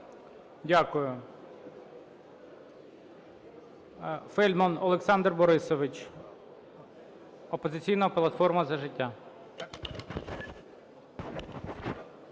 Дякую. Фельдман Олександр Борисович, "Опозиційна платформа - За життя".